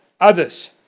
others